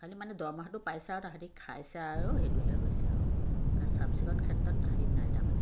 খালি মানে দৰমহাটো পাইছে আৰু তাহাঁতি খাইছে আৰু সেইটোহে হৈছে আৰু মানে চাফচিকণ ক্ষেত্ৰত তাহাঁতি নাই তাৰমানে